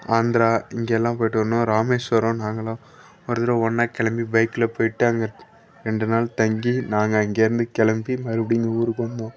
ஆந்திரா இங்கெல்லாம் போயிட்டு வரணும் ராமேஸ்வரம் நாங்கல்லாம் ஒரு தடவை ஒன்றா கிளம்பி பைக்கில் போயிட்டு அங்கே ரெண்டு நாள் தங்கி நாங்கள் அங்கேயிருந்து கிளம்பி மறுபடியும் ஊருக்கு வந்தோம்